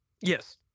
yes